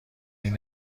این